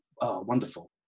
wonderful